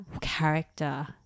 character